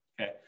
Okay